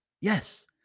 Yes